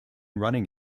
running